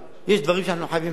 יש דברים שאנחנו חייבים בהם חקיקה,